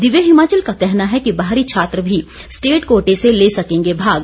दिव्य हिमाचल का कहना है कि बाहरी छात्र भी स्टेट कोटे से ले सकेंगे भाग